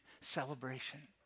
celebration